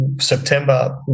September